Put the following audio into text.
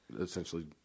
essentially